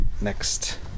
next